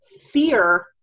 fear